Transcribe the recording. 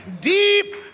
deep